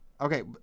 Okay